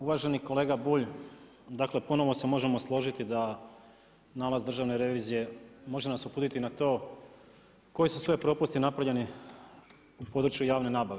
Uvaženi kolega Bulj, dakle ponovo se možemo složiti da nalaz Državne revizije može nas uputiti na to koji su sve propusti napravljeni u području javne nabave.